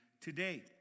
today